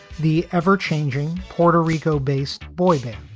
the ever changing puerto rico based boivin